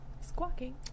Squawking